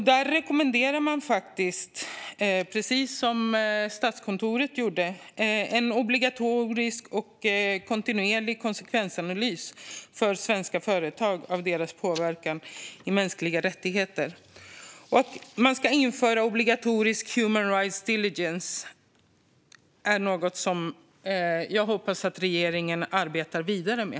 Man rekommenderar faktiskt, precis som Statskontoret gjorde, en obligatorisk och kontinuerlig konsekvensanalys för svenska företag när det gäller deras påverkan i fråga om mänskliga rättigheter. Att man ska införa obligatorisk human rights due diligence är något som jag hoppas att regeringen arbetar vidare med.